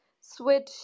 switch